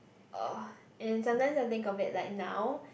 uh and sometimes I think of it like now